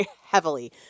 heavily